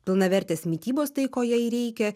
pilnavertės mitybos tai ko jai reikia